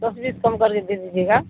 دس بیس کم کر کے دے دیجیے گا